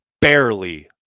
Barely